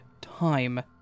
time